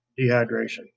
dehydration